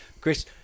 Chris